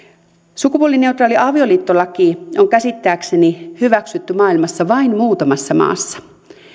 sukupuolineutraali avioliittolaki on käsittääkseni hyväksytty maailmassa vain muutamassa maassa on